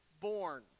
born